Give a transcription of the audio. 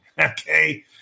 okay